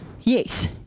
yes